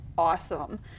Awesome